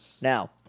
Now